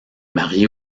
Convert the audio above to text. mariée